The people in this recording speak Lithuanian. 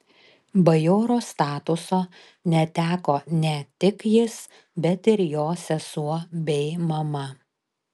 bajoro statuso neteko ne tik jis bet ir jo sesuo bei mama